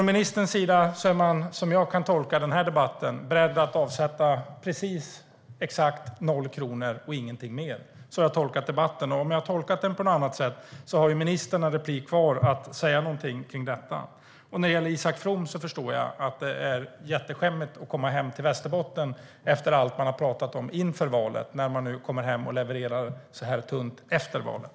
Ministern är beredd att avsätta precis exakt noll kronor och ingenting mer. Så har jag tolkat debatten. Har jag tolkat den på fel sätt har ministern ett inlägg kvar att säga någonting om detta. När det gäller Isak From förstår jag att det är jätteskämmigt att komma hem till Västerbotten efter allt man har pratat om inför valet, när man levererar så här tunt efter valet.